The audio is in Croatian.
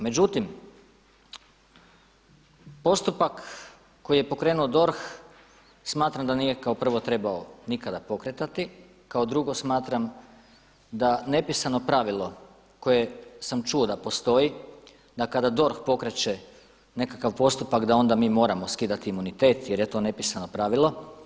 Međutim, postupak koji je pokrenuo DORH smatram da nije kako prvo trebao nikada pokretati, kao drugo smatram da nepisano pravilo koje sam čuo da postoji da kada DORH pokreće nekakav postupak da onda mi moramo skidati imunitet jer je to nepisano pravilo.